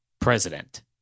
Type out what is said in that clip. president